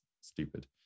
stupid